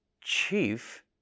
Chief